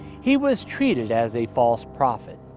he was treated as a false prophet,